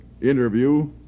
interview